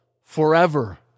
forever